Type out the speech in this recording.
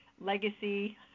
legacy